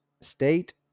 State